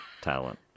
talent